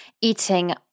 eating